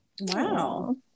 Wow